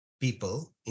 people